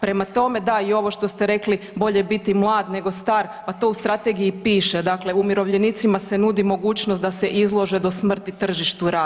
Prema tome, da, i ovo što ste rekli, bolje biti mlad nego star, pa u strategiji piše, dakle umirovljenicima se nudi mogućnost da se izlože do smrti tržištu rada.